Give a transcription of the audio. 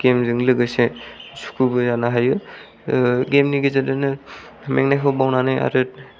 game जों लोगोसे सुखुबो जानो हायो गेम नि गेजेरजों नों मेंनायखौ बावनानै आरो